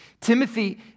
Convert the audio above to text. Timothy